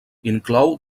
inclou